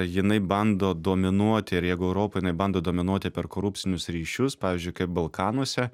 jinai bando dominuoti ir jeigu europa jinai bando dominuoti per korupcinius ryšius pavyzdžiui kaip balkanuose